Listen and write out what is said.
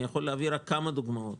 אני יכול להביא כמה דוגמאות.